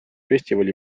festivali